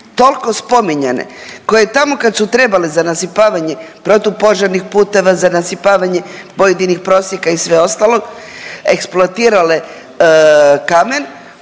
toliko spominjane, koje tamo kad su trebale za nasipavanje protupožarnih puteva, za nasipavanje pojedinih prosjeka i sve ostalo eksploatirale kamen,